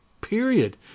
period